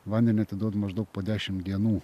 vandenį atiduoda maždaug po dešim dienų